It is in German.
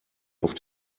auf